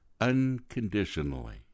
unconditionally